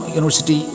University